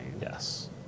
yes